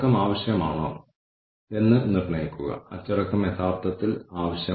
മാത്രമല്ല അതിന്റെ പ്രതികരണം ഓർഗനൈസേഷന് ലഭിച്ചിട്ടില്ല